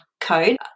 code